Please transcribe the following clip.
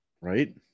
Right